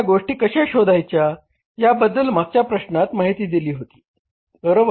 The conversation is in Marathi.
त्या गोष्टी कशा शोधायच्या याबद्दल मागच्या प्रश्नात माहिती दिली होती बरोबर